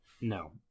No